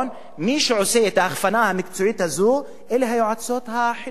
מי שעושות את ההכוונה המקצועית הזו אלה היועצות החינוכיות,